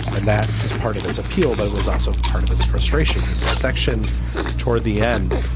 and that is part of its appeal but it was also part of its frustration. there's a section toward the end